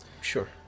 Sure